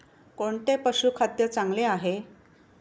कोणते पशुखाद्य चांगले आहे?